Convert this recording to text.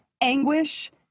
anguish